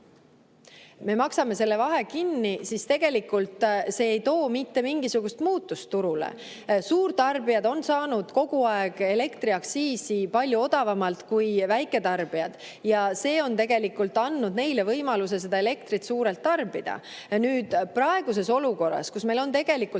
me maksame selle vahe kinni, siis tegelikult see ei too mitte mingisugust muutust turule. Suurtarbijad on saanud kogu aeg elektriaktsiisi palju odavamalt kui väiketarbijad ja see on andnud neile võimaluse elektrit suurelt tarbida. Praeguses olukorras, kus meil on vaja